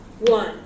one